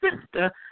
sister